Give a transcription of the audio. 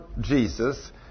Jesus